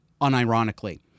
Unironically